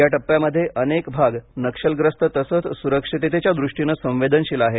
या टप्प्यामध्ये अनेक भाग नक्षलग्रस्त तसेच सुरक्षिततेच्या दृष्टीने संवेदनशील आहेत